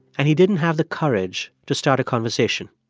and he didn't have the courage to start a conversation.